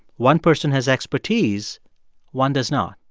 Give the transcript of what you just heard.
one person has expertise one does not.